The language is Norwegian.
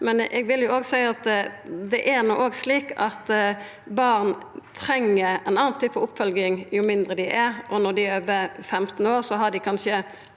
at barn treng ein annan type oppfølging jo yngre dei er, og når dei er over 15 år, har dei kanskje